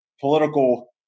political